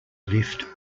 lift